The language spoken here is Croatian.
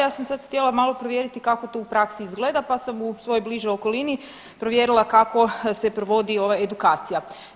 Ja sam sad htjela malo provjeriti kako to u praksi izgleda, pa sam u svojoj bližoj okolini provjerila kako se provodi ova edukacija.